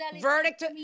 verdict